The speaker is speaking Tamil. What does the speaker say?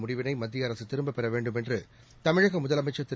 முடிவினை மத்திய அரசு திரும்பப் பெற வேண்டும் என்று தமிழக முதலமைச்சர் திரு